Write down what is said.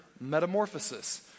metamorphosis